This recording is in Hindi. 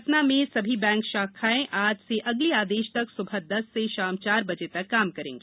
सतना में सभी बैंक शाखाएं आज से अगले आदेश तक सुबह दस से शाम चार बजे तक काम करेगी